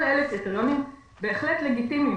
כל אלה קריטריונים בהחלט לגיטימיים,